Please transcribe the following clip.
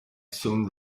soon